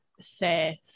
safe